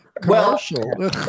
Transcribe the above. Commercial